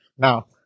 Now